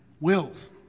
wills